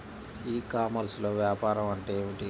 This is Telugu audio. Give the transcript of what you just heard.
ఈ కామర్స్లో వ్యాపారం అంటే ఏమిటి?